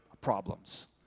problems